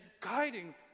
guiding